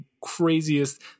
craziest